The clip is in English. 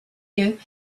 you